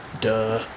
duh